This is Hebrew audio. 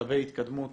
לגבי התקדמות